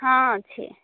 ହଁ ଅଛି